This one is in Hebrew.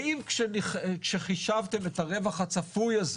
האם כשחישבתם את הרווח הצפוי הזה,